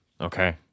Okay